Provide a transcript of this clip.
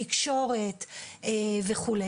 תקשורת וכו'.